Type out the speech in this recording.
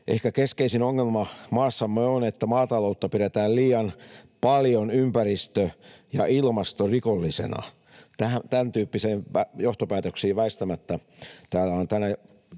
ehkä keskeisin ongelma maassamme on, että maataloutta pidetään liian paljon ympäristö- ja ilmastorikollisena. Tämäntyyppisiin johtopäätöksiin väistämättä täällä on tänä